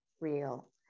real